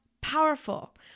powerful